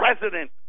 president